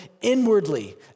inwardly